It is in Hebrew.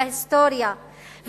להיסטוריה,